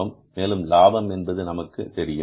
மேலும் லாபம் என்பது நமக்கு தெரியும்